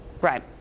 Right